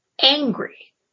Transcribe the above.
angry